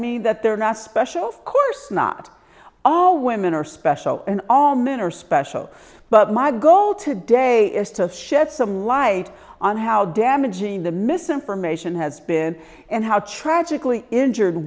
mean that they're not special course not all women are special and all men are special but my goal today is to shed some light on how damaging the misinformation has been and how tragically injured